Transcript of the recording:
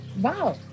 wow